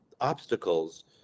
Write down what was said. obstacles